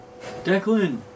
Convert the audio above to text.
Declan